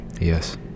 Yes